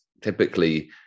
typically